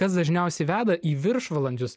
kas dažniausiai veda į viršvalandžius